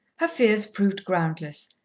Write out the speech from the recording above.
her fears proved groundless.